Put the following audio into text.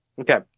Okay